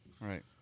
right